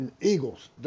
Eagles